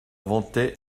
vantait